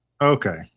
Okay